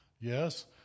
Yes